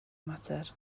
mater